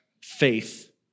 faith